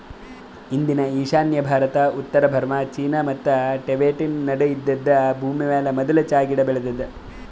ಇಂದಿನ ಈಶಾನ್ಯ ಭಾರತ, ಉತ್ತರ ಬರ್ಮಾ, ಚೀನಾ ಮತ್ತ ಟಿಬೆಟನ್ ನಡು ಇದ್ದಿದ್ ಭೂಮಿಮ್ಯಾಲ ಮದುಲ್ ಚಹಾ ಗಿಡ ಬೆಳದಾದ